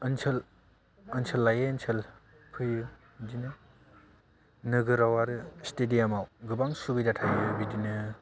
ओनसोल ओनसोल लायै ओनसोल फैयो बिदिनो नोगोराव आरो स्टेडियाम याव गोबां सुबिदा थायो बिदिनो